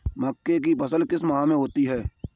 मक्के की फसल किस माह में होती है?